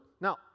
Now